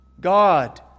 God